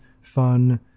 fun